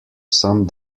some